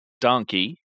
Donkey